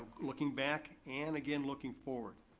looking back, and again looking forward.